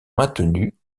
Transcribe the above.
maintenues